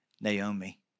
Naomi